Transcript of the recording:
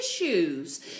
issues